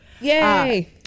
Yay